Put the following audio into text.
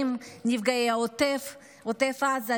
נפגעי עוטף עזה,